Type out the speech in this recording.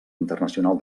internacional